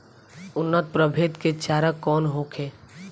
उन्नत प्रभेद के चारा कौन होखे?